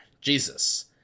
Jesus